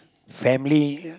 family